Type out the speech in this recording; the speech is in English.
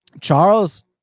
Charles